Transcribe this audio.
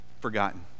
forgotten